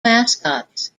mascots